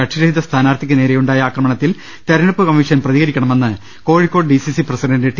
കക്ഷിരഹിത സ്ഥാനാർഥിക്ക് നേരെയു ണ്ടായ ആക്രമണത്തിൽ തെരഞ്ഞെടുപ്പ് കമ്മീഷൻ പ്രതികരിക്കണമെന്ന് Kozhikode D C C president T